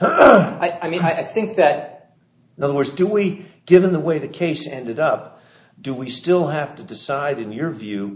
i mean i think that the worst do we given the way the case ended up do we still have to decide in your view